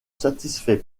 satisfait